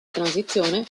transizione